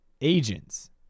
agents